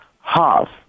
Half